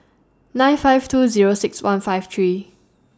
nine five two Zero six one five three